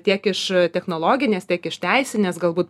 tiek iš technologinės tiek iš teisinės galbūt